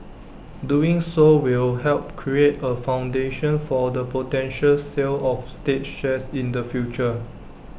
doing so will help create A foundation for the potential sale of state shares in the future